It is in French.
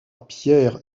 pierre